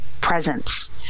presence